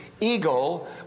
eagle